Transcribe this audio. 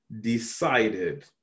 decided